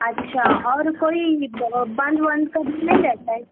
اچھا اور کوئی بند وند تو نہیں رہتا ہے